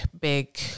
big